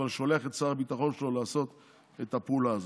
אבל שולח את שר הביטחון שלו לעשות את הפעולה הזאת.